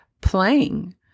playing